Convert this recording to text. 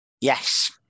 yes